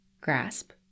grasp